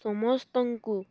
ସମସ୍ତଙ୍କୁ